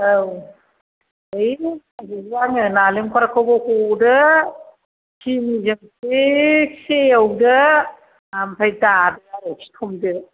औ होय आङो नालेंखरखौबो हदो सिनिजों थिगसे एवदो आमफ्राय दादो आरो सिथमदो